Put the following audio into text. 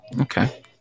okay